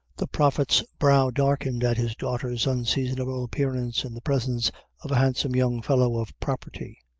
the prophet's brow darkened at his daughter's unseasonable appearance in the presence of a handsome young fellow of property,